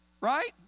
right